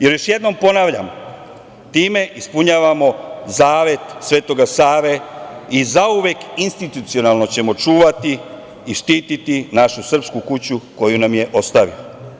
Još jednom ponavljam, time ispunjavamo zavet Svetoga Save i zauvek institucionalno ćemo čuvati i štiti našu srpsku kuću koju nam je ostavio.